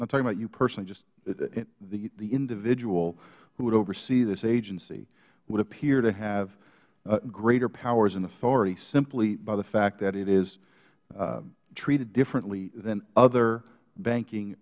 not talking about you personallyh just the individual who would oversee this agency would appear to have greater powers and authority simply by the fact that it is treated differently than other banking